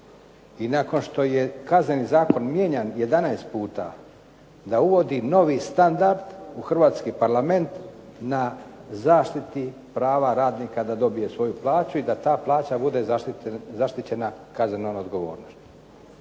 i nakon što je Kazneni zakon mijenjan 11 puta, da uvodi novi standard u Hrvatski parlament na zaštiti prava radnika da dobije svoju plaću i da ta plaća bude zaštićena kaznenom odgovornošću.